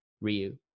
Ryu